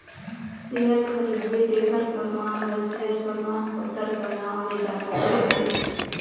share खरीदबे तेखर परमान ल सेयर परमान पतर कर नांव ले जानल जाथे